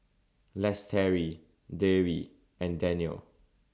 Lestari Dewi and Danial